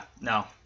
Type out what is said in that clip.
No